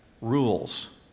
rules